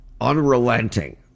unrelenting